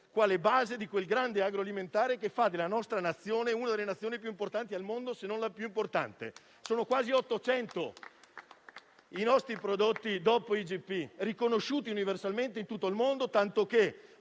quale base di quel grande agroalimentare che fa della nostra Nazione una delle più importanti al mondo, se non la più importante. Sono quasi 800 i nostri prodotti DOP e IGP riconosciuti universalmente in tutto il mondo, tanto che